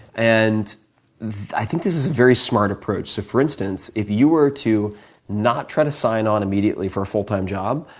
and i think this is a very smart approach. so for instance, if you were to not try to sign on immediately for a full time job,